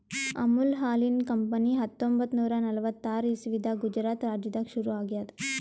ಅಮುಲ್ ಹಾಲಿನ್ ಕಂಪನಿ ಹತ್ತೊಂಬತ್ತ್ ನೂರಾ ನಲ್ವತ್ತಾರ್ ಇಸವಿದಾಗ್ ಗುಜರಾತ್ ರಾಜ್ಯದಾಗ್ ಶುರು ಆಗ್ಯಾದ್